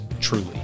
truly